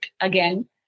again